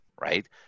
right